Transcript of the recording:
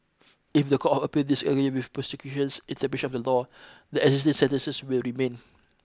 if the Court of Appeal disagree with prosecution's interpretation of the law the existing sentences will remain